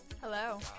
Hello